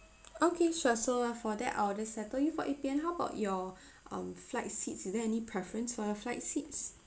okay sure so for that I'll just settle you for eight P_M how about your um flight seats is there any preference for your flight seats